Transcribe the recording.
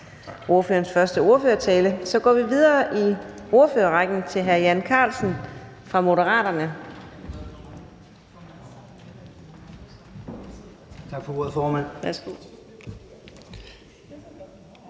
ordførerens første ordførertale. Så går vi videre i ordførerrækken til hr. Jan Carlsen fra Moderaterne.